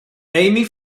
amy